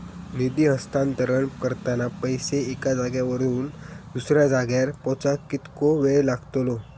निधी हस्तांतरण करताना पैसे एक्या जाग्यावरून दुसऱ्या जाग्यार पोचाक कितको वेळ लागतलो?